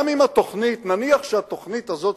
נניח שהתוכנית הזו,